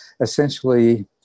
essentially